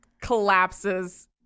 collapses